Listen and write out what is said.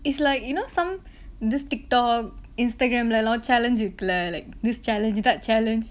it's like you know some this TikTok instagram lor challenge declare like this challenge that challenge